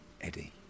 Eddie